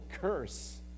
curse